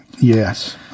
Yes